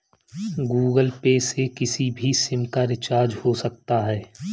Google Pay से किसी भी सिम का रिचार्ज हो सकता है